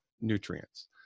nutrients